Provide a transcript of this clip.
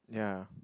ya